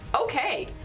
Okay